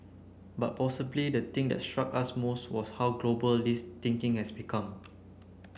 but possibly the thing that struck us most was how global this thinking has become